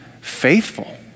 faithful